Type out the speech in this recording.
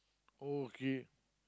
oh okay